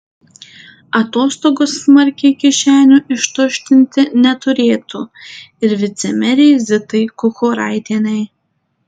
atostogos smarkiai kišenių ištuštinti neturėtų ir vicemerei zitai kukuraitienei